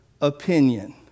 opinion